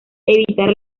evitar